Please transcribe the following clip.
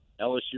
LSU